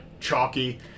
chalky